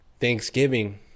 Thanksgiving